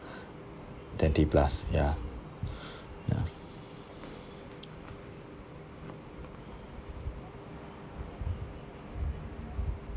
twenty plus ya ya